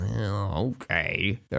okay